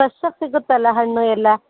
ಫ್ರೆಶ್ಶಾಗಿ ಸಿಗುತ್ತಲ್ಲ ಹಣ್ಣು ಎಲ್ಲ